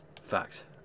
Fact